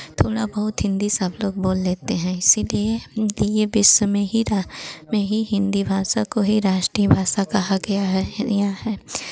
थोड़ा बहुत हिन्दी सब लोग बोल लेते हैं इसीलिए हिन्दिए विश्व में भी रह में ही हिन्दी भाषा को हो राष्ट्रीय भाषा कहा गया है या है